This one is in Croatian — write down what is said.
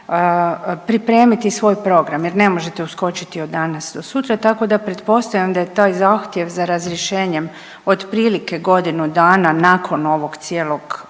pripremiti svoj program jer ne možete uskočiti od danas do sutra tako da pretpostavljam da je taj zahtjev za razrješenjem otprilike godinu dana nakon ovog cijelog